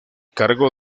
cargo